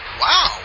Wow